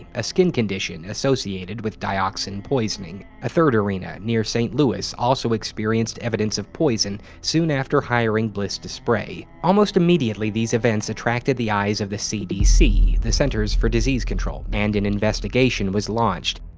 a skin condition associated with dioxin poisoning. a third arena near st. louis also experienced evidence of poison soon after hiring bliss to spray. almost immediately, these events attracted the eyes of the cdc the centers for disease control, and an investigation was launched.